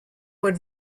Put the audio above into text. would